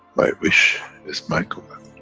my wish is my command.